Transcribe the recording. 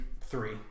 Three